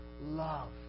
love